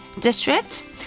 District